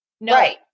Right